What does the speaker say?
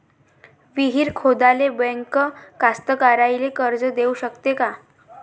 विहीर खोदाले बँक कास्तकाराइले कर्ज देऊ शकते का?